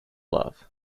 love